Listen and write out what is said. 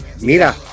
mira